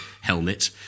helmet